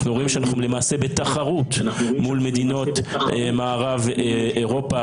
אנחנו רואים שאנחנו למעשה בתחרות מול מדינות מערב אירופה,